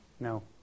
No